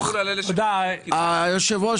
היושב-ראש,